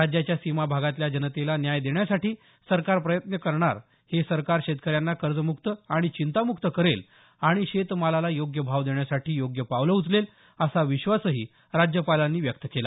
राज्याच्या सीमा भागातल्या जनतेला न्याय देण्यासाठी सरकार प्रयत्न करणार हे सरकार शेतकऱ्यांना कर्जमुक्त आणि चिंतामुक्त करेल आणि शेतमालाला योग्य भाव देण्यासाठी योग्य पावलं उचलेल असा विश्वासही राज्यपालांनी व्यक्त केला